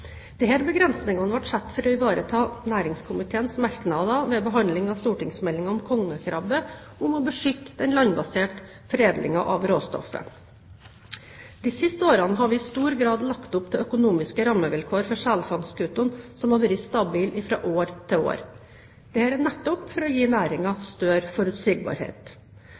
satt for å ivareta næringskomiteens merknader ved behandlingen av stortingsmeldingen om kongekrabbe om å beskytte den landbaserte foredlingen av råstoffet. De siste årene har vi i stor grad lagt opp til økonomiske rammevilkår for selfangstskutene som har vært stabile fra år til år, dette nettopp for å gi næringen større forutsigbarhet.